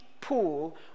pool